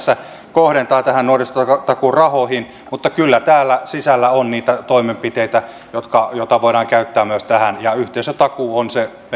kohdentaa nuorisotakuurahoihin mutta kyllä täällä sisällä on niitä toimenpiteitä joita voidaan käyttää myös tähän ja yhteisötakuu on se